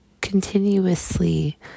continuously